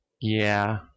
Yeah